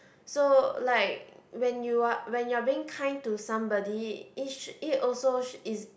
so like when you are when you are being kind to somebody ish it also sh~ is